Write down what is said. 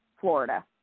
Florida